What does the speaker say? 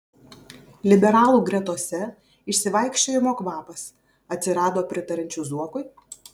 liberalų gretose išsivaikščiojimo kvapas atsirado pritariančių zuokui